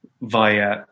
via